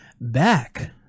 back